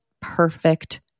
perfect